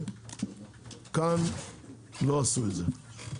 כאן לא עשו את זה.